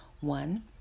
One